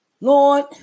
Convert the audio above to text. Lord